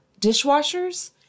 dishwashers